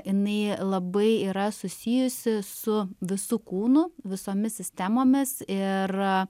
jinai labai yra susijusi su visu kūnu visomis sistemomis ir